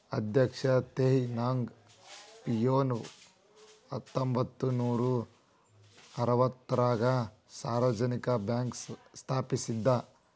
ಅಧ್ಯಕ್ಷ Teh Hong Piow ಹತ್ತೊಂಬತ್ ನೂರಾ ಅರವತ್ತಾರಗ ಸಾರ್ವಜನಿಕ ಬ್ಯಾಂಕ್ ಸ್ಥಾಪಿಸಿದ